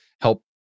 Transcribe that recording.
help